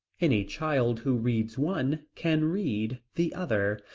any child who reads one can read the other.